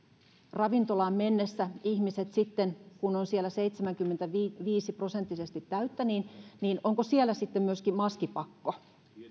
ravintolaan mennessä sitten kun on siellä seitsemänkymmentäviisi prosenttisesti täyttä onko siellä sitten myöskin maskipakko